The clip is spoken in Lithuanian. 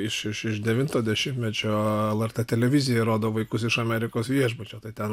iš iš devinto dešimtmečio lrt televizija rodo vaikus iš amerikos viešbučio tai ten